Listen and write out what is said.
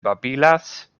babilas